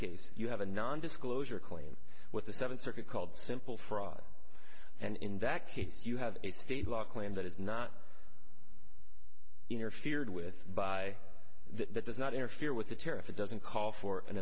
case you have a non disclosure claim with the seventh circuit called simple fraud and in that case you have a state law claim that is not interfered with by the does not interfere with the tariff it doesn't call for an